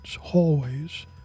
hallways